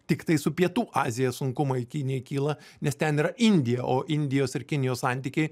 tiktai su pietų azija sunkumai kinijai kyla nes ten yra indija o indijos ir kinijos santykiai